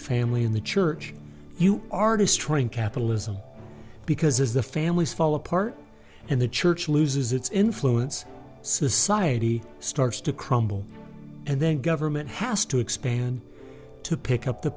family in the church you are destroying capitalism because as the families fall apart and the church loses its influence society starts to crumble and then government has to expand to pick up the